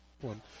one